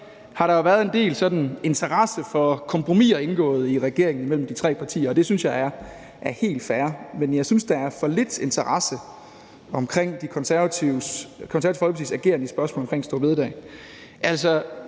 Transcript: har der jo været en del sådan interesse for kompromiser indgået i regeringen mellem de tre partier, og det synes jeg er helt fair. Men jeg synes, der er for lidt interesse omkring Det Konservative Folkepartis ageren i spørgsmålet om store bededag.